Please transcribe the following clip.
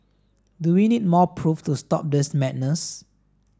do we need more proof to stop this madness